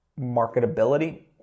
marketability